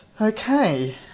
Okay